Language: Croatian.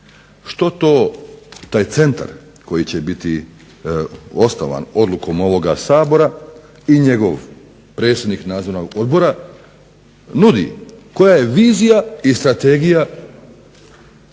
što to taj centar koji će biti osnovan odlukom ovoga Sabora i njegov predsjednik Nadzornog odbora nudi koja je vizija i strategija